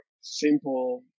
simple